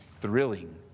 thrilling